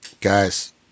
Guys